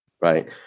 right